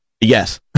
Yes